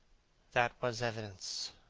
that was evidence.